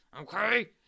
Okay